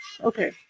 Okay